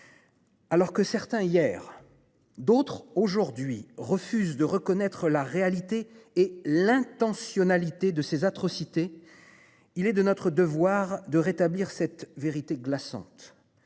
Alors que certains hier d'autres aujourd'hui, refuse de reconnaître la réalité et l'intentionnalité de ces atrocités. Il est de notre devoir de rétablir cette vérité glaçante.